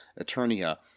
Eternia